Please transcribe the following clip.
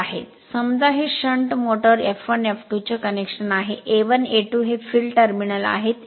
समजा हे shunt motor F1 F2 चे कनेक्शन आहे A1 A2 हे फील्ड टर्मिनल आहे